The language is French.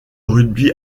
rugby